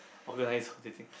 organise